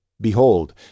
Behold